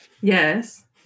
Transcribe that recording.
Yes